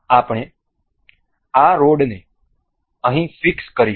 આપણે આ રોડને અહીં ફીક્સ કરીશું